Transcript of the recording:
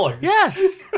Yes